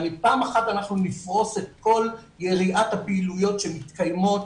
ופעם אחת נפרוס את כל יריעת הפעילויות שמתקיימות